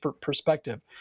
perspective